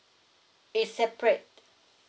it separate